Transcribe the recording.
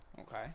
okay